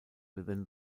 within